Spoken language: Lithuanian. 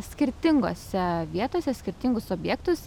skirtingose vietose skirtingus objektus